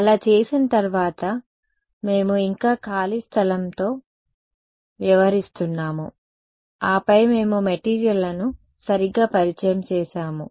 అలా చేసిన తర్వాత మేము ఇంకా ఖాళీ స్థలంతో వ్యవహరిస్తున్నాము ఆపై మనం మెటీరియల్లను సరిగ్గా పరిచయం చేసాము